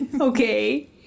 Okay